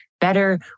better